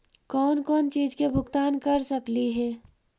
कौन कौन चिज के भुगतान कर सकली हे?